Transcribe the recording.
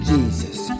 Jesus